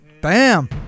Bam